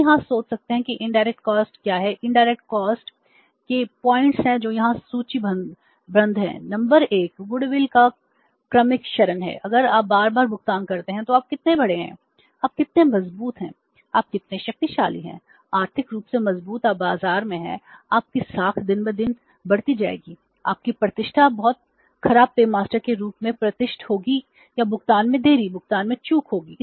हम यहां सोच सकते हैं कि इनडायरेक्ट कॉस्ट के रूप में प्रतिष्ठित होगी या भुगतान में देरी भुगतान में चूक होगी